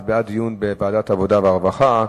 זה בעד דיון בוועדת העבודה והרווחה,